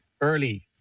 early